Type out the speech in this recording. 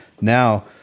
now